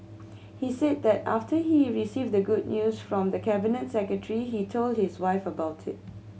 he said that after he received the good news from the Cabinet Secretary he told his wife about it